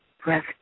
Breath